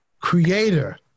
creator